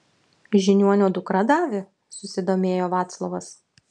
žiniuonio dukra davė susidomėjo vaclovas